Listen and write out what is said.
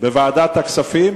בוועדת הכספים,